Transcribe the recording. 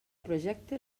projecte